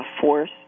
force